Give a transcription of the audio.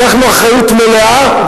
לקחנו אחריות מלאה,